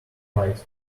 right